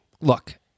look